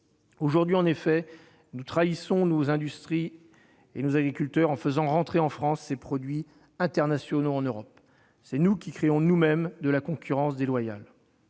Aujourd'hui en effet, nous trahissons nos industries et nos agriculteurs en faisant entrer en France ces produits internationaux en Europe. Nous créons nous-mêmes la concurrence déloyale